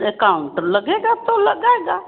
account लगेगा तो लगेगा